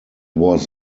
was